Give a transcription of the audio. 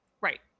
right